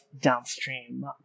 downstream